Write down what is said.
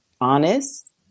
honest